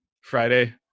friday